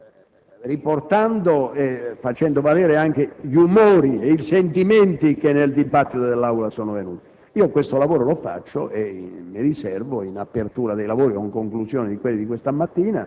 Su questo punto, che è una novità rispetto all'ordine del giorno approvato, mi riservo di svolgere l'azione che il Presidente del Senato deve svolgere,